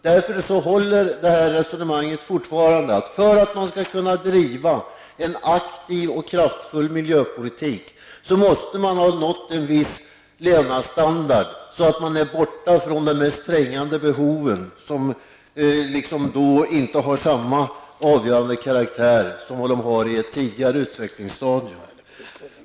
Därför håller fortfarande det resonemanget att man för att man skall kunna driva en aktiv och kraftfull miljöpolitik måste ha uppnått en viss levnadsstandard, så att man inte längre har de mest trängande behoven, vilka då inte har samma avgörande karaktär som de har haft vid tidigare utvecklingsstadium.